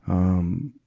um,